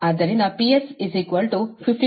ಆದ್ದರಿಂದ PS 52